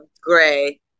gray